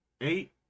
eight